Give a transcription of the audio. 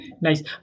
nice